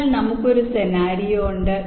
അതിനാൽ നമുക്ക് ഒരു സെനാരിയോ ഉണ്ട്